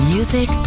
Music